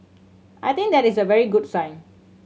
I think that is a very good sign